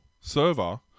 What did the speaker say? server